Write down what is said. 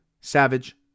Savage